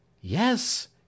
Yes